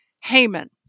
Haman